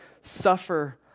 suffer